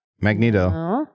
magneto